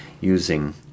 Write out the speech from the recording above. using